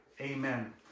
amen